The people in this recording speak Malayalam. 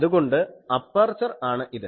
അതുകൊണ്ട് അപ്പർച്ചർ ആണ് ഇത്